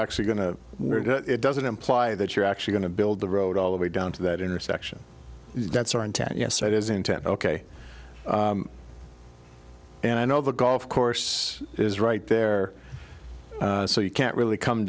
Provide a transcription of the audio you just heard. actually going to it doesn't imply that you're actually going to build the road all the way down to that intersection that's our intent yes that is intent ok and i know the golf course is right there so you can't really come